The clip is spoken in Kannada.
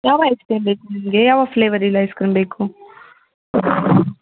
ಯಾವ ಐಸ್ ಕ್ರೀಮ್ ಬೇಕು ನಿಮಗೆ ಯಾವ ಫ್ಲೇವರಿದ್ ಐಸ್ ಕ್ರೀಮ್ ಬೇಕು